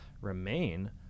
remain